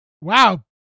wow